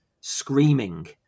screaming